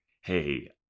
hey